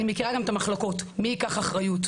אני מכירה גם את המחלקות, מי ייקח אחריות.